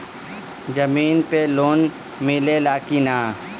जमीन पे लोन मिले ला की ना?